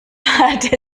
hat